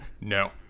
No